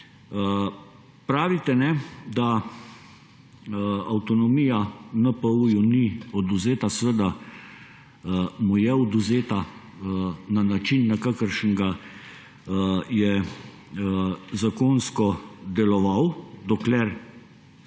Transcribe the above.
Pravite, da avtonomija NPU ni odvzeta. Seveda mu je odvzeta na način, na kakršnega je zakonsko deloval. Dokler